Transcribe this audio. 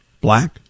black